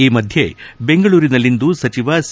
ಈ ಮಧ್ಯೆ ಬೆಂಗಳೂರಿನಲ್ಲಿಂದು ಸಚಿವ ಸಿ